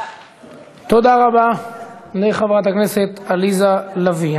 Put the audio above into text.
תודה רבה לחברת הכנסת עליזה לביא.